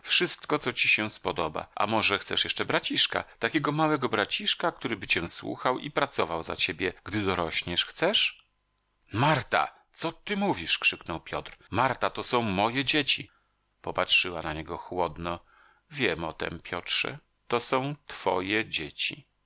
wszystko co ci się spodoba a może chcesz jeszcze braciszka takiego małego braciszka któryby cię słuchał i pracował za ciebie gdy dorośnie chcesz marta co ty mówisz krzyknął piotr marta to są moje dzieci popatrzyła na niego chłodno wiem o tem piotrze to są twoje dzieci